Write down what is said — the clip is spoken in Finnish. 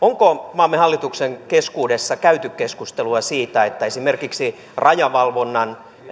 onko maamme hallituksen keskuudessa käyty keskustelua siitä että esimerkiksi rajavalvonnan